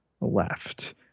left